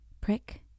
Prick